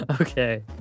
Okay